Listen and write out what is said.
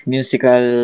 Musical